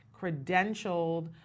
credentialed